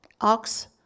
ox